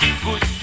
good